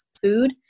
food